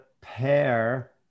pair